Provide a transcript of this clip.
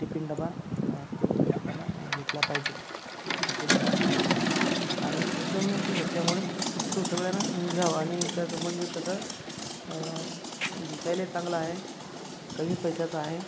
tiffin डबा तो प्रत्येकानं घेतला पाहिजेत असे मला वाटते आणि एकदम व्यवस्थित असल्यामुळे तो सगळ्यानी घ्यावा आणि त्याचं म्हणजे कसं दिसायलाही चांगला आहे कमी पैशाचा आहे